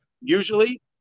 usually